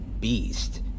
beast